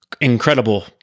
incredible